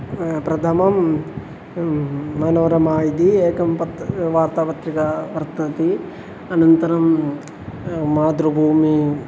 प्रथमा मनोरमा इति एका पत् वार्तापत्रिका वर्तते अनन्तरं मातृभूमिः